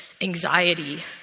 anxiety